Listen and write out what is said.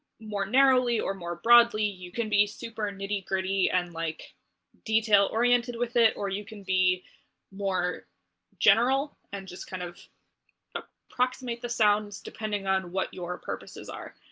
more narrowly or more broadly you can be super nitty-gritty and like detail-oriented with it, or you can be more general and just kind of approximate the sounds, depending on what your purposes are.